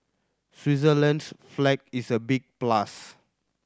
Switzerland's flag is a big plus